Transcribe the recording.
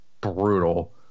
brutal